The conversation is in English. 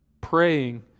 praying